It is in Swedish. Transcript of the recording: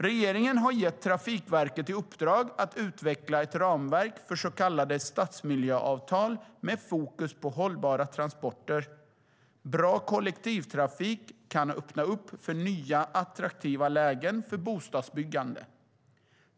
Regeringen har gett Trafikverket i uppdrag att utveckla ett ramverk för så kallade stadsmiljöavtal med fokus på hållbara transporter. Bra kollektivtrafik kan öppna upp för nya attraktiva lägen för bostadsbyggande.